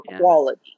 quality